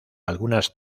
algunas